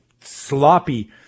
sloppy